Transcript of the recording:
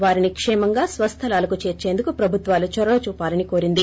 వారిని క్షేమంగా స్పస్థలాలకు చేర్చేందుకు ప్రభుత్వాలు చొరవ చూపాలని కోరింది